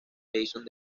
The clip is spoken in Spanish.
jason